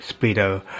Speedo